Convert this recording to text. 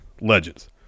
legends